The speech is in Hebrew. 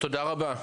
תודה רבה.